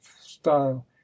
style